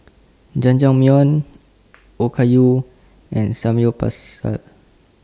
Jajangmyeon Okayu and Samgyeopsal